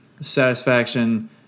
Satisfaction